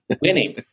Winning